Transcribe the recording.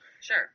Sure